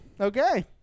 Okay